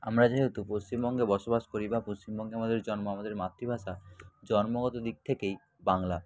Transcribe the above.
আমরা যেহেতু পশ্চিমবঙ্গে বসবাস করি বা পশ্চিমবঙ্গে আমাদের জন্ম আমাদের মাতৃভাষা জন্মগত দিক থেকেই বাংলা